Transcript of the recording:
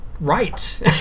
right